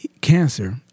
Cancer